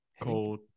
cold